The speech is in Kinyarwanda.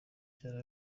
yari